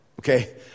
Okay